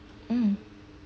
mm